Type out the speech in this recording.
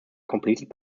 completed